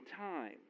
time